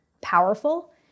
powerful